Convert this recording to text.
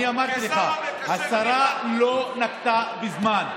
אני אמרתי לך, השרה לא נקבה בזמן.